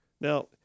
Now